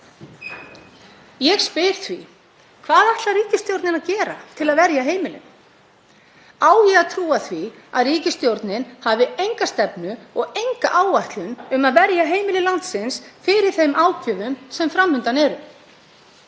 Ég spyr því: Hvað ætlar ríkisstjórnin að gera til að verja heimilin? Á ég að trúa því að ríkisstjórnin hafi enga stefnu og enga áætlun um að verja heimili landsins fyrir þeirri ágjöf sem fram undan er?